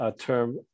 term